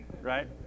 right